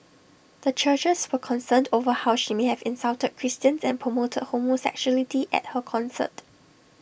the churches were concerned over how she may have insulted Christians and promoted homosexuality at her concert